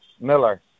Miller